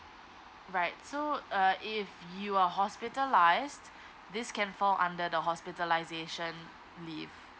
right so uh if you are hospitalised this can fall under the hospitalization leave